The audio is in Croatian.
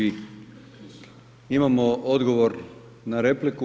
Imamo odgovor na repliku.